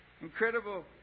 Incredible